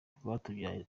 rwatubyaye